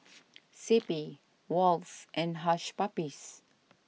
C P Wall's and Hush Puppies